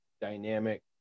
dynamic